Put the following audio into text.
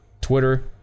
Twitter